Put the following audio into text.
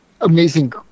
amazing